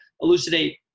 elucidate